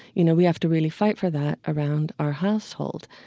you know, we have to really fight for that around our household.